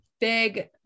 big